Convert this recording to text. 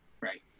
right